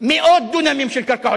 מאות דונמים של קרקעות.